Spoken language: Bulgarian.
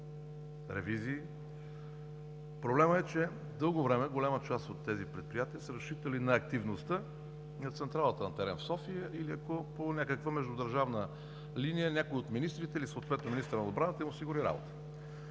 ревизии. Проблемът е, че дълго време голяма част от тези предприятия са разчитали на активността на централата на ТЕРЕМ в София или ако, по някаква междудържавна линия, някой от министрите, или съответно министъра на отбраната им осигури работа.